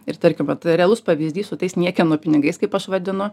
ir tarkim vat realus pavyzdys su tais niekieno pinigais kaip aš vadinu